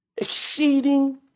exceeding